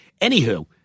Anywho